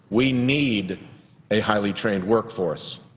we need a highly trained work force.